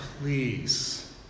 please